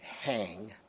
hang